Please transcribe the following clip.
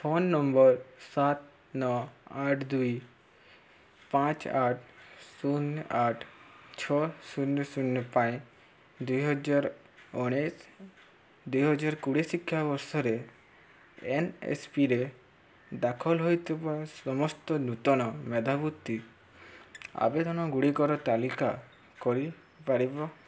phone number ସାତ ନଅ ଆଠ ଦୁଇ ପାଞ୍ଚ ଆଠ ଶୂନ ଆଠ ଛଅ ଶୂନ ଶୂନ ପାଇଁ ଦୁଇହଜାର ଉଣେଇଶି ଦୁଇହଜାର କୋଡ଼ିଏ ଶିକ୍ଷାବର୍ଷରେ ଏନ୍ଏସ୍ପିରେ ଦାଖଲ ହୋଇଥିବା ସମସ୍ତ ନୂତନ ମେଧାବୃତ୍ତି ଆବେଦନ ଗୁଡ଼ିକର ତାଲିକା କରି ପାରିବ